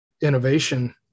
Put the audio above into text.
innovation